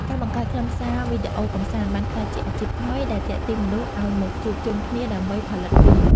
ការបង្កើតខ្លឹមសារវីដេអូកម្សាន្តបានក្លាយជាអាជីពថ្មីដែលទាក់ទាញមនុស្សឱ្យមកជួបជុំគ្នាដើម្បីផលិតវា។